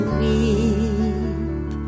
weep